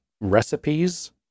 recipes